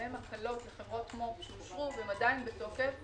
והן הקלות לחברות מו"פ שאושרו והן עדיין בתוקף,